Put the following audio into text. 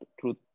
truth